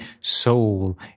Soul